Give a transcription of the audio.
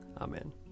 Amen